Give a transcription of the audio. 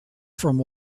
from